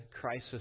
crisis